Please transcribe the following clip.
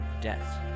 death